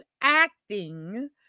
acting